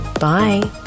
Bye